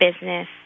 business